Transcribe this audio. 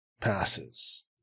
passes